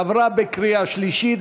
עברה בקריאה שלישית,